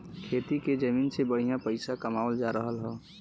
खेती के जमीन से बढ़िया पइसा कमावल जा रहल हौ